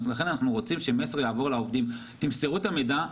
אנחנו רוצים שהמסר יעבור לעובדים: תמסרו את המידע,